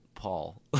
Paul